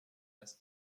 das